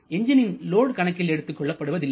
எஞ்ஜினின் load கணக்கில் எடுத்துக் கொள்ளப்படுவதில்லை